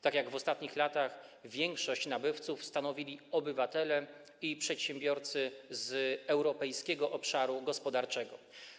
Tak jak w ostatnich latach większość nabywców stanowili obywatele i przedsiębiorcy z Europejskiego Obszaru Gospodarczego.